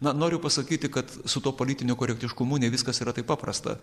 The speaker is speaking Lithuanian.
na noriu pasakyti kad su tuo politiniu korektiškumu ne viskas yra taip paprasta